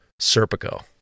Serpico